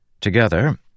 Together